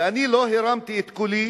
ואני לא הרמתי את קולי,